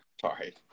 sorry